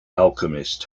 alchemist